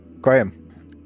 Graham